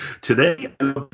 today